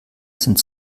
sind